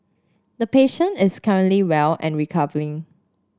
the patient is currently well and recovering